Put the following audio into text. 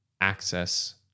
access